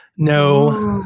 No